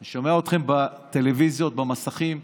אני שומע אתכם בטלוויזיות, במסכים,